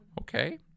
Okay